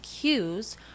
cues